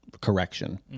correction